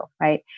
Right